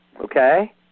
okay